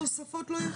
התוספות לא יחולו.